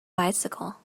bicycle